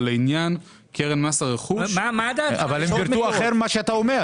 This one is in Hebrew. אבל לעניין קרן מס הרכוש --- אבל הם פירטו משהו אחר ממה שאתה אומר.